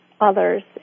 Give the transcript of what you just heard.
others